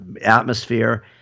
atmosphere